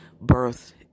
birth